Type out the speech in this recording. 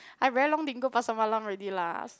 I very long didn't go Pasar Malam already lah